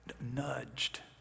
nudged